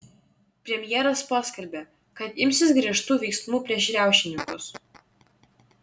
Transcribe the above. premjeras paskelbė kad imsis griežtų veiksmų prieš riaušininkus